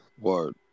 Word